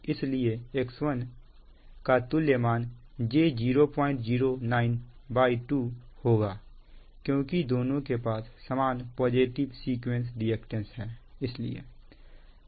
इसलिए X1 का तुल्य मान j0092 होगा क्योंकि दोनों के पास समान पॉजिटिव सीक्वेंस रिएक्टेंस है